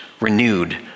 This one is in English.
renewed